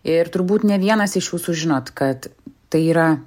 ir turbūt ne vienas iš jūsų žinot kad tai yra